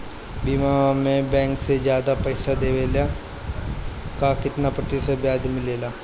बीमा में बैंक से ज्यादा पइसा देवेला का कितना प्रतिशत ब्याज मिलेला?